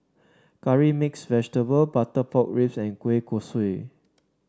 Curry Mixed Vegetable Butter Pork Ribs and Kueh Kosui